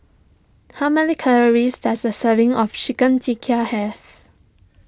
how many calories does a serving of Chicken Tikka have